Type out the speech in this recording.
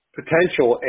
potential